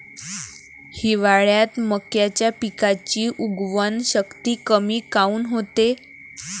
हिवाळ्यात मक्याच्या पिकाची उगवन शक्ती कमी काऊन होते?